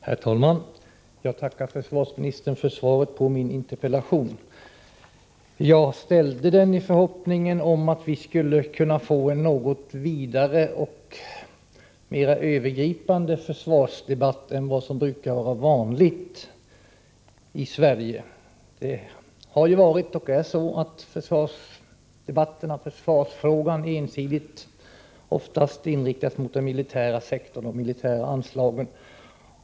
Herr talman! Jag tackar försvarsministern för svaret på min interpellation. Jag uttryckte den i förhoppningen att vi skulle kunna få en något vidare och mer övergripande försvarsdebatt än vad som brukar vara vanligt i Sverige. Försvarsdebatterna har oftast ensidigt inriktats mot den militära sektorn och frågan om de militära anslagen.